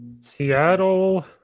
Seattle